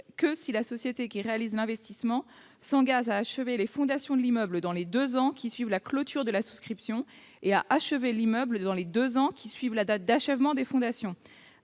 que si la société qui réalise l'investissement s'engage à achever les fondations de l'immeuble dans les deux ans qui suivent la clôture de la souscription et à achever l'immeuble dans les deux ans qui suivent la date d'achèvement des fondations.